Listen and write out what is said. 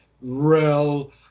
real